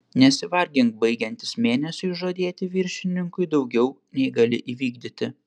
nesivargink baigiantis mėnesiui žadėti viršininkui daugiau nei gali įvykdyti